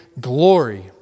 glory